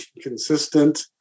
consistent